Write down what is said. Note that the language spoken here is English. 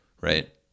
Right